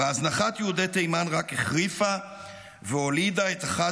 והזנחת יהודי תימן רק החריפה והולידה את אחת